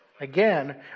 Again